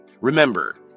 Remember